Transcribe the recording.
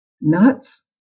nuts